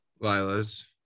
lila's